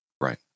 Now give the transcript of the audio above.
Right